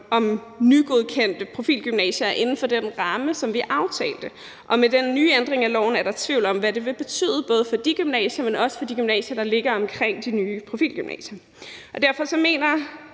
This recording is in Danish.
om nygodkendte profilgymnasier inden for den ramme, som vi aftalte. Med den nye ændring af loven er der tvivl om, hvad det vil betyde både for disse gymnasier, men også for de gymnasier der ligger omkring de nye profilgymnasier. Derfor mener jeg,